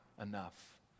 enough